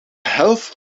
helft